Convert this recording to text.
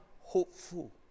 hopeful